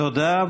תודה.